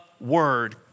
Word